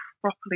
properly